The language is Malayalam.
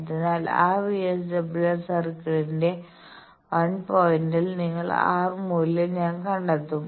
അതിനാൽ ആ VSWR സർക്കിളിന്റെ 1 പോയിന്റ നൽകുന്ന R മൂല്യം ഞാൻ കണ്ടെത്തും